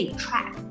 track